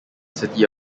city